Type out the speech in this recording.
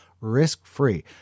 risk-free